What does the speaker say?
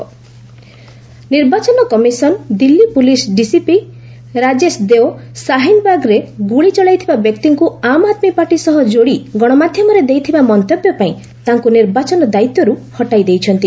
EC Delhi police ନିର୍ବାଚନ commission Delhi police DCP Rajesh Deo ସାହିନବାଗରେ ଗୁଳି ଚଳେଇଥିବାବ୍ୟକ୍ତିଙ୍କୁ ଆମ୍ ଆଦ୍ମୀ ପାର୍ଟି ସହ ଯୋଡ଼ି ଗଣମାଧ୍ୟମରେ ଦେଇଥିବା ମନ୍ତବ୍ୟ ପାଇଁ ତାଙ୍କୁ ନିର୍ବାଚନ ଦାୟିତ୍ୱରୁ ହଟାଇ ଦେଇଛନ୍ତି